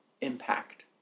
impact